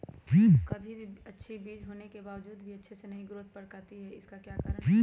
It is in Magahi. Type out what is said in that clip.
कभी बीज अच्छी होने के बावजूद भी अच्छे से नहीं ग्रोथ कर पाती इसका क्या कारण है?